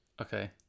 Okay